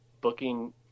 booking